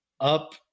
up